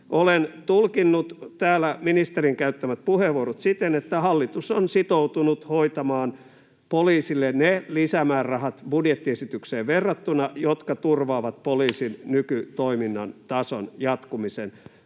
Olen tulkinnut täällä ministerin käyttämät puheenvuorot siten, että hallitus on sitoutunut hoitamaan poliisille ne lisämäärärahat budjettiesitykseen verrattuna, jotka turvaavat poliisin nykytoiminnan tason jatkumisen.